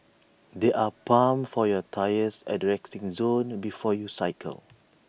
there are pumps for your tyres at the resting zone before you cycle